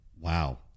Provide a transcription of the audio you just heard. wow